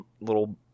little